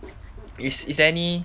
is is there any